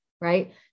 right